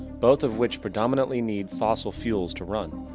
both of which predominantly need fossil fuels to run.